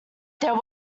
there